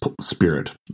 spirit